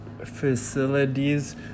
facilities